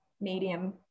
medium